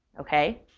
ok?